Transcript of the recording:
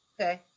Okay